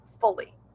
fully